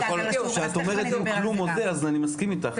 כשאת אומרת כלום או זה אז אני מסכים איתך,